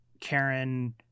Karen